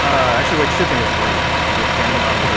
actually wait shipping is free. it's a good parent but